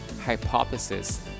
hypothesis